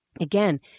again